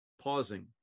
pausing